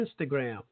Instagram